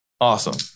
awesome